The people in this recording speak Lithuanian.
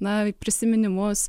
na prisiminimus